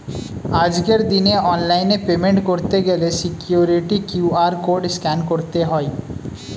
আজকের দিনে অনলাইনে পেমেন্ট করতে গেলে সিকিউরিটি কিউ.আর কোড স্ক্যান করতে হয়